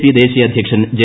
P ദേശീയ അധ്യക്ഷൻ J